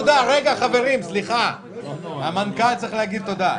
רגע, המנכ"ל צריך להגיד תודה.